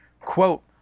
Quote